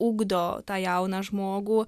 ugdo tą jauną žmogų